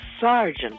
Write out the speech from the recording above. Sergeant